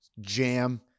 jam